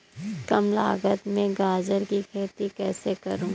कम लागत में गाजर की खेती कैसे करूँ?